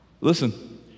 Listen